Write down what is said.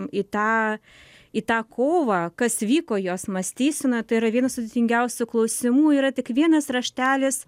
į tą į tą kovą kas vyko jos mąstysenoj tai yra vienas sudėtingiausių klausimų yra tik vienas raštelis